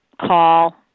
call